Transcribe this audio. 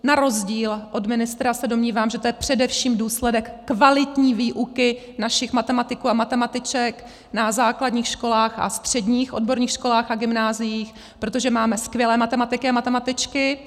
Na rozdíl od ministra se domnívám, že to je především důsledek kvalitní výuky našich matematiků a matematiček na základních školách a středních odborných školách a gymnáziích, protože máme skvělé matematiky a matematičky.